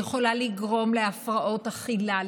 היא יכולה לגרום להפרעות אכילה,